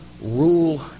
rule